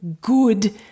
good